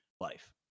life